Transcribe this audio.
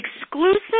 exclusive